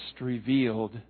revealed